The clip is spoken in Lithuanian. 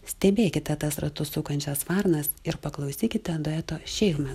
stebėkite tas ratu sukančias varnas ir paklausykite dueto shamen